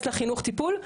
לחינוך טיפול,